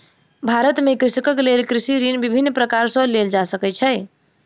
भारत में कृषकक लेल कृषि ऋण विभिन्न प्रकार सॅ लेल जा सकै छै